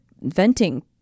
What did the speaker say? venting